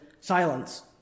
silence